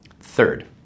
Third